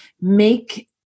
make